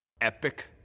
epic